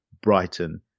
Brighton